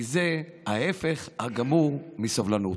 כי זה ההפך הגמור מסובלנות.